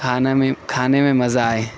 کھانا میں کھانے میں مزہ آئے